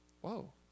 Whoa